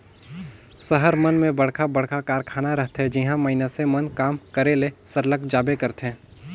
सहर मन में बड़खा बड़खा कारखाना रहथे जिहां मइनसे मन काम करे ले सरलग जाबे करथे